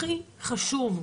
הכי חשוב.